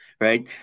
right